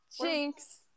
jinx